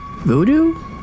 Voodoo